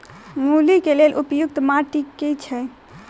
मूली केँ लेल उपयुक्त माटि केँ छैय?